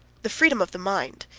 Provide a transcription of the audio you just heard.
the freedom of the mind,